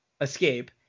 escape